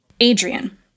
Adrian